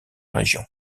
région